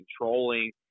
controlling